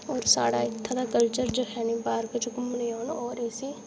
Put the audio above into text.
होर साढ़ा इत्थै दा कल्चर जखैनी पार्क च घुम्मन औन होर इसी